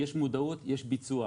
יש מודעות ויש ביצוע.